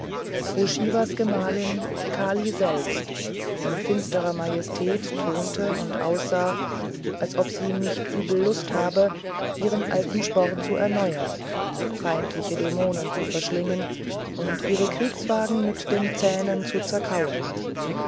wo shivas gemahlin kali selbst in finsterer majestät thronte und aussah als ob sie nicht übel lust habe ihren alten sport zu erneuern feindliche dämonen zu verschlingen und ihre kriegswagen mit den zähnen zu zerkauen